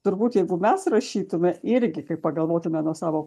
turbūt jeigu mes rašytume irgi kaip pagalvotume nuo savo